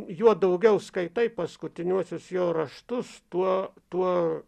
juo daugiau skaitai paskutiniuosius jo raštus tuo tuo